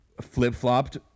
Flip-flopped